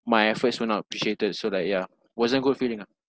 my efforts were not appreciated so like yeah wasn't good feeling ah